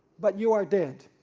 but you are dead.